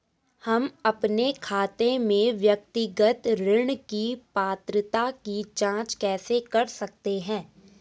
हम अपने खाते में व्यक्तिगत ऋण की पात्रता की जांच कैसे कर सकते हैं?